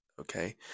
Okay